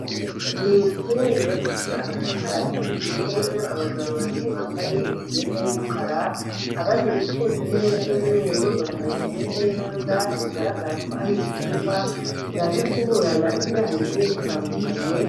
Ni inzu yubakishije amatafari ahiye, irimo abagabo babiri bambaye imyenda y'umukara, abandi bicaye ku ntebe z'umweru bambaye imyenda y'iroza bigaragara ko ari imfungwa zaje kuburana ibyaha bigiye bitandukanye...